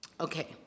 Okay